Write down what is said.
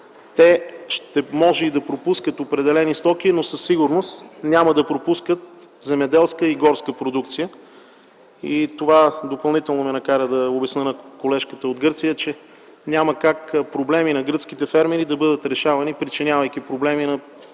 че те могат и да пропускат определени стоки, но със сигурност няма да пропускат земеделска и горска продукция. Това допълнително ме накара да обясня на колежката от Гърция, че няма как проблеми на гръцките фермери да бъдат решавани, причинявайки проблеми на